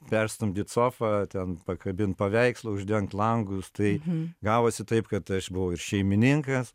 perstumdyt sofą ten pakabint paveikslą uždengt langus tai gavosi taip kad aš buvau ir šeimininkas